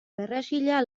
perrexila